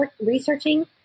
researching